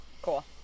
Cool